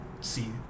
see